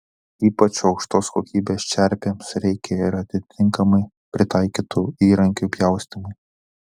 ypač aukštos kokybės čerpėms reikia ir atitinkamai pritaikytų įrankių pjaustymui